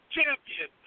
champion